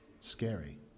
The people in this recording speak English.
Scary